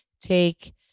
take